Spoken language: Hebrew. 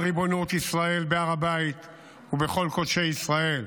ריבונות ישראל בהר הבית ובכל קודשי ישראל.